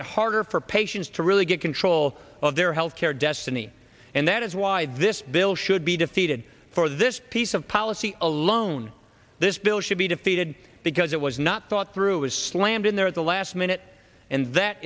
it harder for patients to really get control of their health care destiny and that is why this bill should be defeated for this piece of policy alone this bill should be defeated because it was not thought through was slammed in there at the last minute and that